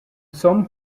some